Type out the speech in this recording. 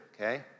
okay